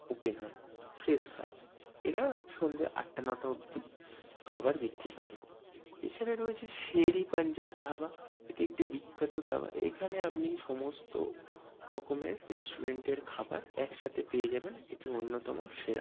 open হয় fish fry এরা সন্ধে আটটা নটা অব্দি খাবার বিক্রি করে এছাড়া রয়েছে শের ই পাঞ্জাব ধাবা এটি একটি বিখ্যাত ধাবা এখানে আপনি সমস্ত রকমের রেস্টুরেন্টের খাবার একসাথে পেয়ে যাবেন এটি অন্যতম সেরা